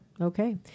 Okay